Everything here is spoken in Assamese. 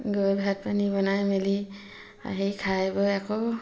গৈ ভাত পানী বনাই মেলি আহি খাই বৈ আকৌ